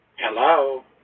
Hello